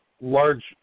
large